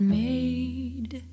made